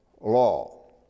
law